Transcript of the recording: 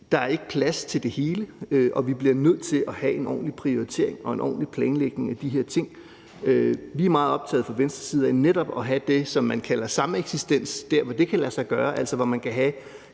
at der ikke er plads til det hele, og vi bliver nødt til at have en ordentlig prioritering og en ordentlig planlægning af de her ting. Vi er meget optaget af fra Venstres side netop at have det, som man kalder sameksistens, der, hvor det kan lade sig gøre, altså hvor man kan have,